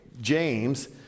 James